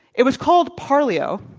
it was called parleo,